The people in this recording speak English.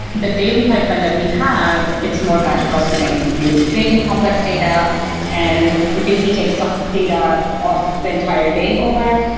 the daily pipeline that we have, it's much batch processing. it computes big and complex data and it basically takes the data of the entire day over,